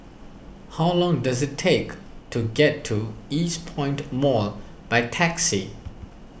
how long does it take to get to Eastpoint Mall by taxi